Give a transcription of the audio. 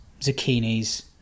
zucchinis